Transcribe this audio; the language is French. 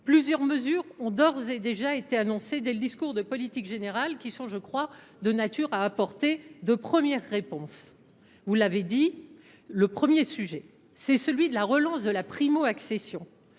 Plusieurs mesures ont d’ores et déjà été annoncées dès le discours de politique générale. Elles sont, je crois, de nature à apporter de premières réponses. Le premier sujet est la relance de la primo accession.